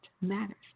matters